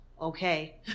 okay